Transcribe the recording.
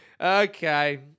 Okay